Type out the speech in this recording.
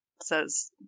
says